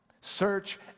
Search